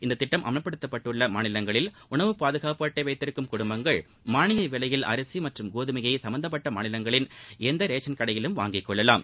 இநத திட்டம் அமல்படுத்தப்பட்டுள்ள மாநிலங்களில் உணவு பாதுகாப்பு அட்டை வைத்திருக்கும் குடும்பங்கள் மானிய விலையில் அரிசி மற்றும் கோதுமையை சும்பந்தப்பட்ட மாநிலங்களின் எந்த ரேஷன் கடையிலும் வாங்கிக் கொள்ளலாம்